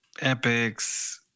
Epics